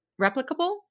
Replicable